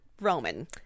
Roman